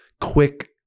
quick